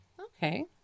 Okay